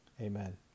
Amen